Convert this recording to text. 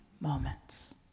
moments